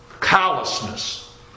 callousness